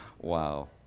Wow